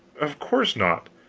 of course not.